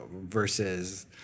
versus